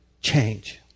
change